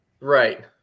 Right